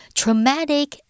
traumatic